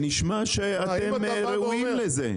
נשמע שאתם ראויים לזה.